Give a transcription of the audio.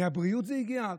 מהבריאות זה הגיע?